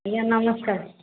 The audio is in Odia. ଆଜ୍ଞା ନମସ୍କାର